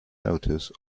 notice